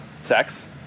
sex